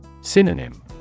Synonym